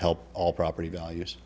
help all property values